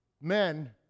men